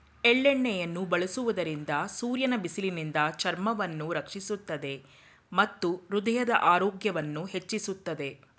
ಎಳ್ಳೆಣ್ಣೆಯನ್ನು ಬಳಸುವುದರಿಂದ ಸೂರ್ಯನ ಬಿಸಿಲಿನಿಂದ ಚರ್ಮವನ್ನು ರಕ್ಷಿಸುತ್ತದೆ ಮತ್ತು ಹೃದಯದ ಆರೋಗ್ಯವನ್ನು ಹೆಚ್ಚಿಸುತ್ತದೆ